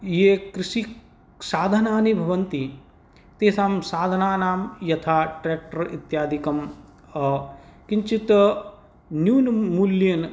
ये कृषिसाधनानि भवन्ति तेषां साधनानां यथा ट्र्याक्ट्र् इत्यादिकं किञ्चित् न्यून्मूल्येन